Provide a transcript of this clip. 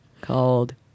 called